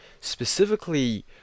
specifically